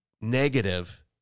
negative